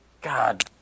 God